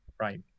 Right